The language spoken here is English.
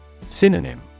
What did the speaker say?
Synonym